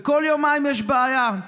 וכל יומיים יש בעיה.